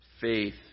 faith